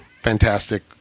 Fantastic